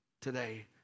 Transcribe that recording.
today